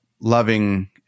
loving